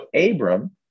Abram